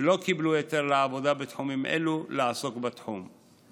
שלא קיבלו היתר לעבודה בתחומים אלו, לעסוק בתחום.